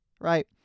right